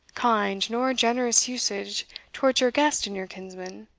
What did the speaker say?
kind, nor generous usage towards your guest and your kinsman.